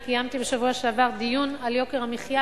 אני קיימתי בשבוע שעבר דיון על יוקר המחיה